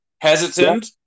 hesitant